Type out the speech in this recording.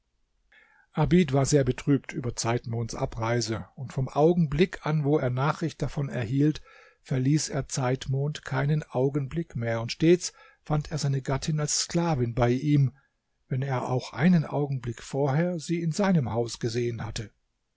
abid war sehr betrübt über zeitmonds abreise und vom augenblick an wo er nachricht davon erhielt verließ er zeitmond keinen augenblick mehr und stets fand er seine gattin als sklavin bei ihm wenn er auch einen augenblick vorher sie in seinem haus gesehen hatte